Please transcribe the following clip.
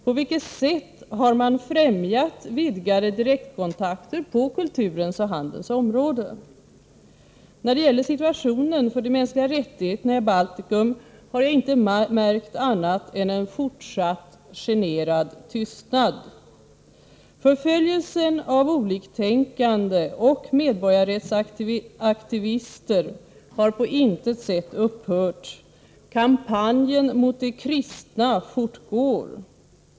På vilket sätt har regeringen främjat vidgade direktkontakter på kulturens och handelns område? När det gäller situationen för de mänskliga rättigheterna i Baltikum har jag inte märkt annat än en fortsatt generad tystnad. Förföljelsen av oliktänkande och medborgarrättsaktivister har på intet sätt upphört. Kampanjen mot de kristna fortgår.